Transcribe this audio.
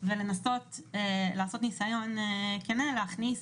ולנסות לעשות נסיון כן להכניס